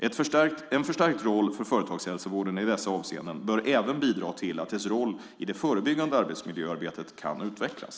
En förstärkt roll för företagshälsovården i dessa avseenden bör även bidra till att dess roll i det förebyggande arbetsmiljöarbetet kan utvecklas.